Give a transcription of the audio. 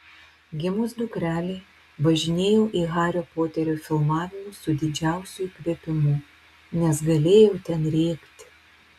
gimus dukrelei važinėjau į hario poterio filmavimus su didžiausiu įkvėpimu nes galėjau ten rėkti